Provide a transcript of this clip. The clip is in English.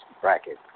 bracket